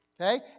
Okay